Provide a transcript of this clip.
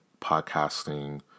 podcasting